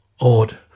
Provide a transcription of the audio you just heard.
odd